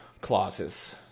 clauses